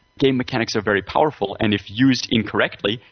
game mechanics are very powerful and if used incorrectly,